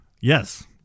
Yes